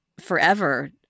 forever